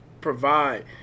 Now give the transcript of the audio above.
provide